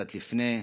קצת לפני,